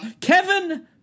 Kevin